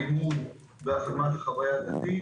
לימוד והפנמת החוויה הדתית.